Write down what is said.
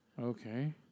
Okay